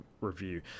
review